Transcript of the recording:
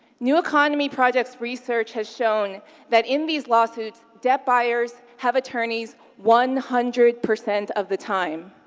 new economy project's research has shown that in these lawsuits debt buyers have attorneys one hundred percent of the time,